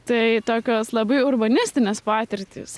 tai tokios labai urbanistinės patirtys